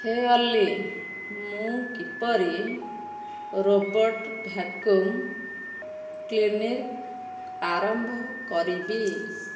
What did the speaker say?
ହେ ଅଲ୍ଲି ମୁଁ କିପରି ରୋବଟ୍ ଭାକ୍ୟୁମ୍ କ୍ଲିନିଙ୍ଗ ଆରମ୍ଭ କରିବି